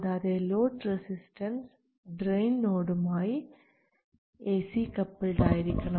കൂടാതെ load resistance drain നോഡുമായി A C coupled ആയിരിക്കണം